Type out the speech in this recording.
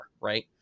right